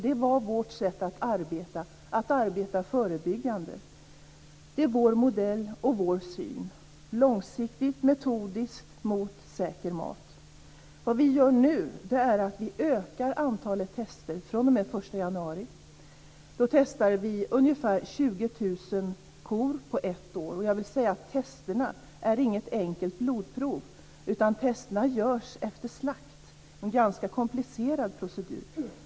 Det var vårt sätt att arbeta, att arbeta förebyggande. Det är vår modell och vår syn. Långsiktigt, metodiskt, mot säker mat. Vad vi gör nu är att vi ökar antalet test fr.o.m. den 1 januari. Då testar vi ungefär 20 000 kor på ett år. Jag vill säga att testen inte är något enkelt blodprov, utan testen görs efter slakt. Det är en ganska komplicerad procedur.